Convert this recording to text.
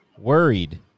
worried